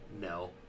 No